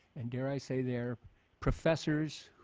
and there i say their professors,